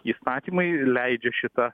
įstatymai leidžia šitą